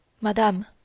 Madame